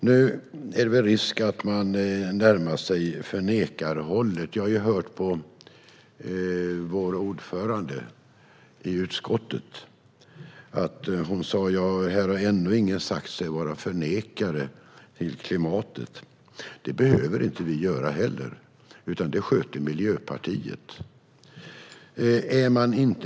Nu är det risk att jag närmar mig förnekarhållet. Jag hörde vår ordförande i utskottet säga att ingen här ännu har sagt sig vara förnekare av klimatet. Det behöver vi inte heller, utan det sköter Miljöpartiet.